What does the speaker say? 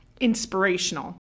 inspirational